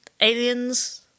Aliens